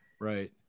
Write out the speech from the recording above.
Right